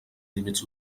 límits